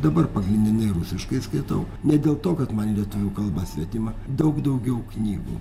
dabar pagrindinai rusiškai ir skaitau ne dėl to kad man lietuvių kalba svetima daug daugiau knygų